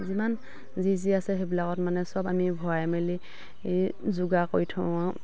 যিমান যি যি আছে সেইবিলাকত মানে চব আমি ভৰাই মেলি যোগাৰ কৰি থওঁ আৰু